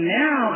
now